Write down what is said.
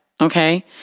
Okay